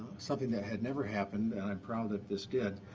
something that had never happened, and i'm proud that this did,